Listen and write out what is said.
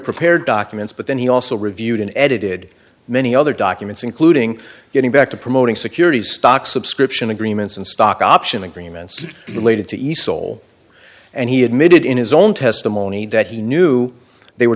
prepared documents but then he also reviewed and edited many other documents including getting back to promoting securities stock subscription agreements and stock option agreements related to easel and he admitted in his own testimony that he knew they were